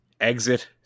Exit